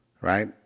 right